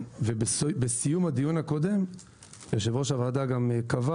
בסיום הדיון הקודם יושב-ראש הוועדה גם קבע